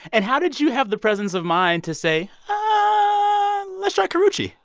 and how did you have the presence of mind to say, ah let's try karrueche?